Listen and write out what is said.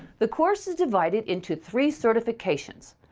the course is divided into three certifications.